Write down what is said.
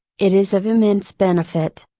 it is of immense benefit.